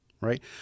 right